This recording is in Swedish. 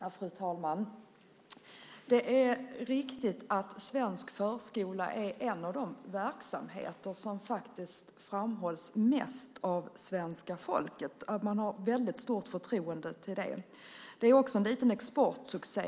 Fru talman! Det är riktigt att svensk förskola är en av de verksamheter som faktiskt framhålls mest av svenska folket. Man har ett väldigt stort förtroende för den. Det är också en liten exportsuccé.